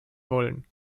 wollen